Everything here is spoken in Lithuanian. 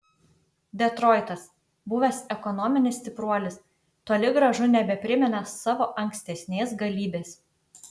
detroitas buvęs ekonominis stipruolis toli gražu nebeprimena savo ankstesnės galybės